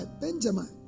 Benjamin